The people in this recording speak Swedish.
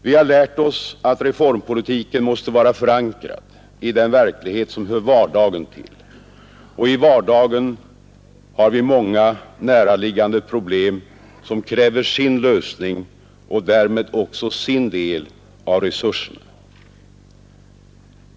Vi har lärt oss att reformpolitiken måste vara förankrad i den verklighet som hör vardagen till, och i vardagen har vi många näraliggande problem som kräver sin lösning och därmed också sin del av resurserna.